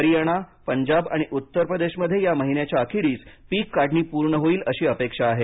हरियाना पंजाब आणि उत्तरप्रदेशमध्ये या महिन्याच्या अखेरीस पिक काढणी पूर्ण होईल अशी अपेक्षा आहे